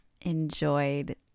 enjoyed